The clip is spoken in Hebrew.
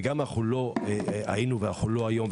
ואנחנו גם לא היינו ואנחנו לא היום,